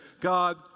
God